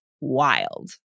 wild